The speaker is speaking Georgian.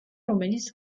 რომელიც